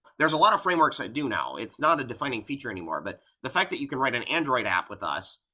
there's a lot of frameworks that do now. it's not a defining feature anymore, but the fact that you can write an android app with us,